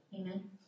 Amen